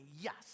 yes